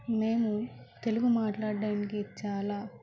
మేము తెలుగు మాట్లాడడానికి చాలా